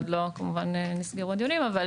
עוד לא נסגרו הדיונים על